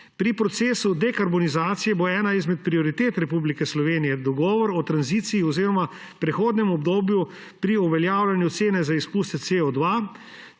Pri procesu dekarbonizacije bo ena izmed prioritet Republike Slovenije dogovor o tranziciji oziroma prehodnem obdobju pri uveljavljanju ocene za izpuste CO2.